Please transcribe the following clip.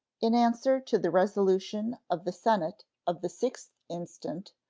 in answer to the resolution of the senate of the sixth instant,